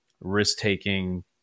risk-taking